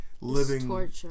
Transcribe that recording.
living